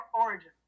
origin